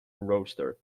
roster